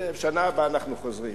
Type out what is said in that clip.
שנה הבאה אנחנו חוזרים.